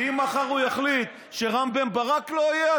ואם מחר הוא יחליט שרם בן ברק לא יהיה,